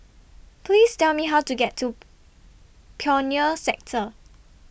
Please Tell Me How to get to Pioneer Sector